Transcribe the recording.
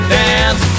dance